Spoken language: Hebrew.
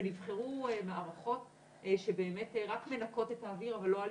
ונבחרו מערכות שבאמת רק מנקות את האוויר אבל לא על